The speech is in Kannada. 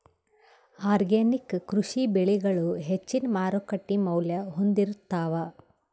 ಆರ್ಗ್ಯಾನಿಕ್ ಕೃಷಿ ಬೆಳಿಗಳು ಹೆಚ್ಚಿನ್ ಮಾರುಕಟ್ಟಿ ಮೌಲ್ಯ ಹೊಂದಿರುತ್ತಾವ